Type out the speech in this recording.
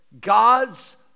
God's